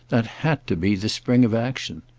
that had to be the spring of action.